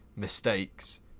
mistakes